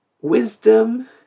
Wisdom